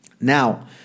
Now